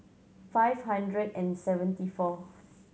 five hundred and seventy four